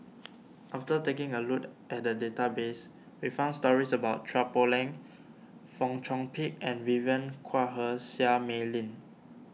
after taking a look at the database we found stories about Chua Poh Leng Fong Chong Pik and Vivien Quahe Seah Mei Lin